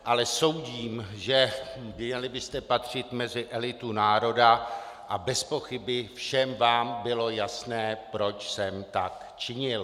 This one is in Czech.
Ale soudím, že byste měli patřit mezi elitu národa, a bezpochyby všem vám bylo jasné, proč jsem tak činil.